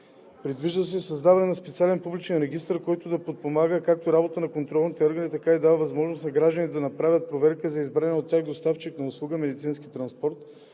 Предвижда се създаване на специален публичен регистър, който да подпомага, както работата на контролните органи, така и да дава възможност на гражданите да направят проверка на избрания от тях доставчик на услугата „медицински транспорт“.